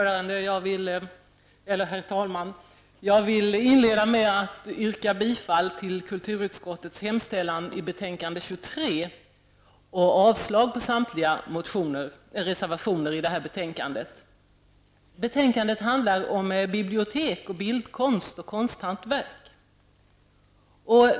Herr talman! Jag vill inleda med att yrka bifall till kulturutskottets hemställan i betänkande 23 och avslag på samtliga reservationer. I betänkandet behandlas bibliotek, bildkonst och konsthantverk.